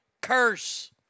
Curse